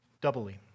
doubly